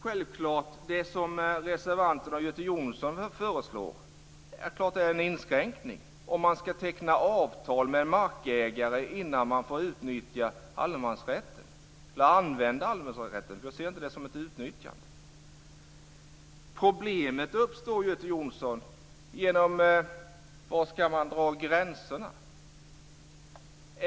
Självklart är det som reservanterna och Göte Jonsson föreslår en inskränkning: att man ska teckna avtal med en markägare innan man får utnyttja allemansrätten - eller använda allemansrätten, för jag ser det inte som ett utnyttjande. Problemet uppstår, Göte Jonsson, när man ska dra gränserna.